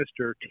Mr